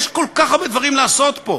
יש כל כך הרבה דברים לעשות פה.